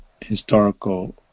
historical